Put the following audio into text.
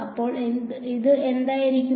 അപ്പോൾ ഇത് എന്തായിരിക്കും